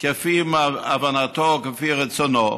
כפי הבנתו, כפי רצונו,